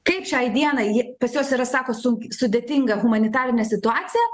kaip šiai dienai ji pas juos yra sako sunki sudėtinga humanitarinė situacija